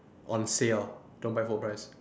on sale don't buy full price